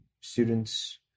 students